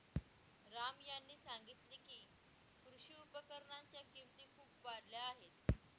राम यांनी सांगितले की, कृषी उपकरणांच्या किमती खूप वाढल्या आहेत